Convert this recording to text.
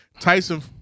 Tyson